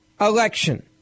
Election